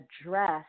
address